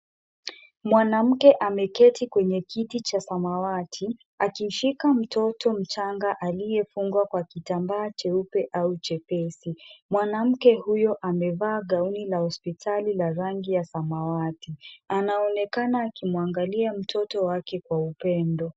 Mwanamke ameketi kwenye kiti cha samawati, akishika mtoto mchanga aliyefungwa kwa kitambaa cheupe au chepesi, mwanamke huyo amevaa gauni la hospitali la rangi ya samawati. Anaonekana akimwangalia mtoto wake kwa upendo.